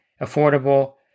affordable